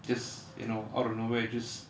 just you know out of nowhere just